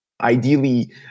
Ideally